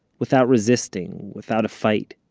without resisting, without a fight.